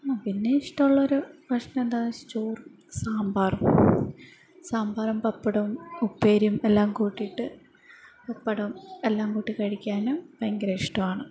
പിന്നെ ഇഷ്ടമുള്ള ഒരു ഭക്ഷണം എന്താണെന്നുവെച്ചാൽ ചോറ് സാമ്പാറും സാമ്പാറും പപ്പടവും ഉപ്പേരിയും എല്ലാം കൂട്ടീട്ട് പപ്പടവും എല്ലാം കൂട്ടി കഴിക്കാനും ഭയങ്കര ഇഷ്ടമാണ്